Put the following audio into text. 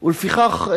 לפיכך,